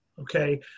okay